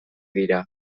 dira